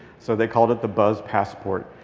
so they called it the buzz passport.